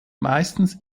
meistens